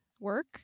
work